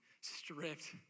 stripped